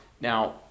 now